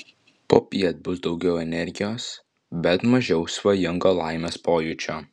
popiet bus daugiau energijos bet mažiau svajingo laimės pojūčio